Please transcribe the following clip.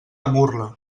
murla